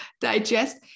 digest